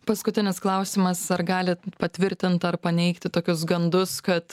paskutinis klausimas ar galit patvirtint ar paneigti tokius gandus kad